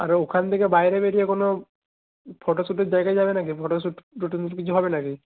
আর ওখান থেকে বাইরে বেরিয়ে কোনো ফটোশ্যুটের জায়গায় যাবে না কি ফটোশ্যুট কিছু হবে না কি